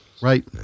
right